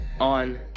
on